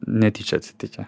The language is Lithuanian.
netyčia atsitikę